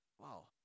Wow